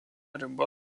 riba